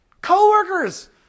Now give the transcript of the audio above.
Co-workers